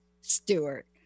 stewart